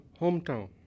hometown